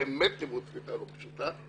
באמת ניווט ספינה לא פשוטה,